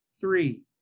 three